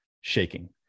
shaking